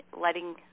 letting